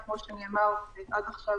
כמו שנאמר עד עכשיו,